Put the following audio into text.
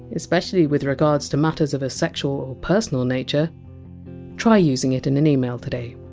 especially with regards to matters of a sexual or personal nature try using it in an email today